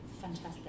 fantastic